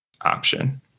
option